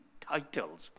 titles